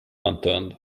unturned